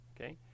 okay